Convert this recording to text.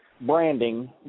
branding